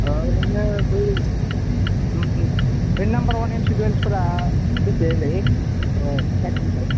ओरैनो बै नाम्बार अवान एम सि डुयेलस फोरा बेसे लै कारटनाव